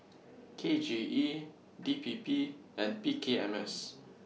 K J E D P P and P K M S